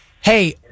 Hey